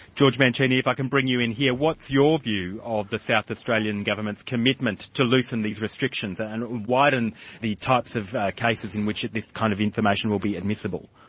george mancini, if i can bring you in here, what's your view of the south australian government's commitment to loosen these restrictions, and widen the types of cases in which this kind of information will be admissible?